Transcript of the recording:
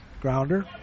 Grounder